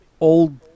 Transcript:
old